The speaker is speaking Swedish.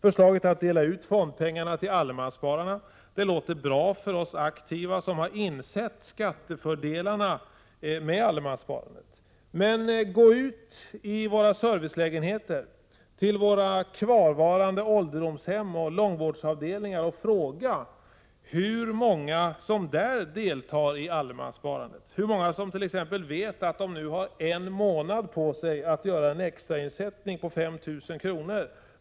Förslaget att dela ut fondpengarna till allemansspararna låter bra för oss aktiva, som har insett skattefördelarna med allemanssparandet. Men gå ut i våra servicelägenheter, till våra kvarvarande ålderdomshem och långvårdsavdelningar och fråga hur många som där deltar i allemanssparandet, hur många som t.ex. vet att de har en månad på sig att göra en extrainsättning på 5 000 kr.